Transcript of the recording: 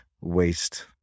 waste